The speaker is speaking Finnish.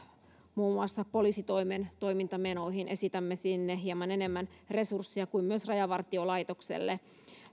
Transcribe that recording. muun muassa poliisitoimen toimintamenoihin esitämme sinne hieman enemmän resursseja kuten myös rajavartiolaitokselle